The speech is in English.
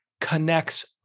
connects